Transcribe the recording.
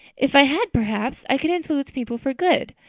if i had perhaps i could influence people for good.